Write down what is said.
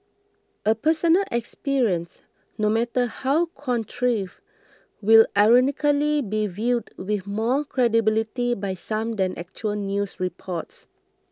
a personal experience no matter how contrived will ironically be viewed with more credibility by some than actual news reports